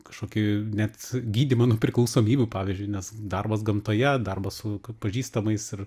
kažkokį net gydymą nuo priklausomybių pavyzdžiui nes darbas gamtoje darbas su ku pažįstamais ir